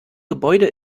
gebäude